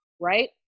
right